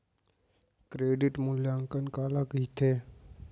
Credit मूल्यांकन काला कहिथे?